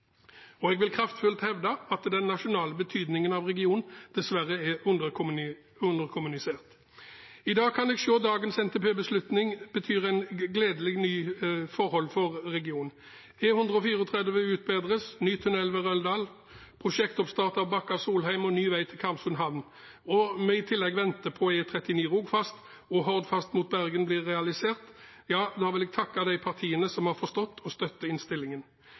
Jeg vil kraftfullt hevde at den nasjonale betydningen av regionen dessverre er underkommunisert. I dag kan jeg se at dagens NTP-beslutning betyr gledelige, nye forhold for regionen: utbedring av E134 s, ny tunnel ved Røldal, prosjektoppstart av Bakka–Solheim og ny vei til Karmsund Havn. Når vi i tillegg venter på at E39 Rogfast og Hordfast mot Bergen blir realisert, vil jeg takke de partiene som har forstått og støtter innstillingen.